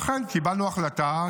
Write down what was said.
לכן קיבלנו החלטה.